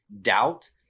doubt